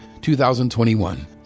2021